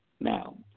Now